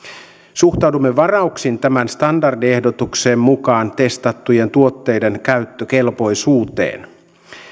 suhtaudumme varauksin tämän standardiehdotuksen mukaan testattujen tuotteiden käyttökelpoisuuteen